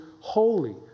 holy